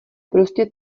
prostě